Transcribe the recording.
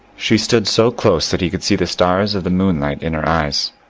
she stood so close that he could see the stars of the moonlight in her eyes.